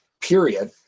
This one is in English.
period